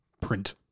print